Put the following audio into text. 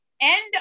End